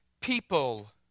people